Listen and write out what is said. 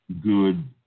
good